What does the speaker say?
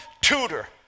tutor